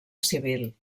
civil